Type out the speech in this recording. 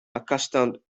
accustomed